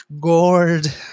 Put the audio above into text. gourd